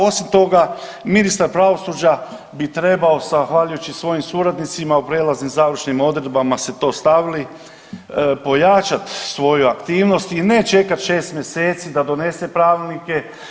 Osim toga, ministar pravosuđa bi trebao zahvaljujući svojim suradnicima u prijelaznim i završnim odredbama ste to stavili pojačat svoju aktivnost i ne čekat 6 mjeseci da donese pravilnike.